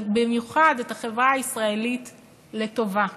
אבל במיוחד את החברה הישראלית לטובה,